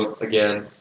Again